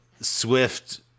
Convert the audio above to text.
Swift